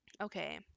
okay